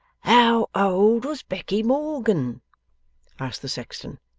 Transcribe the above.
how old was becky morgan asked the sexton.